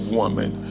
woman